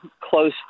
close